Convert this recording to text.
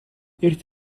эрт